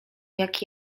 jak